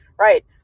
right